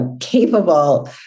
capable